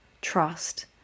trust